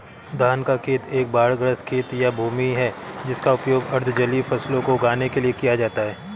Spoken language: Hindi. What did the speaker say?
धान का खेत एक बाढ़ग्रस्त खेत या भूमि है जिसका उपयोग अर्ध जलीय फसलों को उगाने के लिए किया जाता है